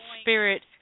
spirit